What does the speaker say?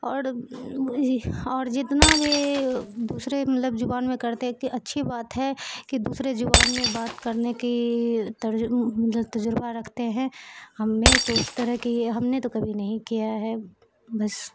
اور اور جتنا بھی دوسرے مطلب زبان میں کرتے ہیں کہ اچھی بات ہے کہ دوسرے زبان میں بات کرنے کی جو تجربہ رکھتے ہیں ہم نے تو اس طرح کی ہم نے تو کبھی نہیں کیا ہے بس